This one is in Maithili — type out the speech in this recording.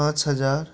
पाँच हजार